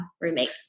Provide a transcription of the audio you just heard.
roommate